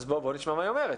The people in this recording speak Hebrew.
אז בואו נשמע מה היא אומרת.